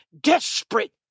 desperate